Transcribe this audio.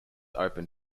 open